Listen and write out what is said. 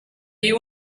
you